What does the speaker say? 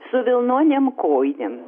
su vilnonėm kojinėm